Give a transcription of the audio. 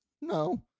no